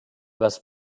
best